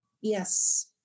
Yes